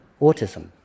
autism